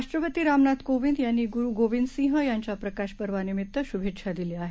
राष्ट्रपति रामनाथ कोविंद यांनी गूरू गोबिन्द सिंह यांच्या प्रकाश पर्वा निमित्त शुभेच्छा दिल्या आहेत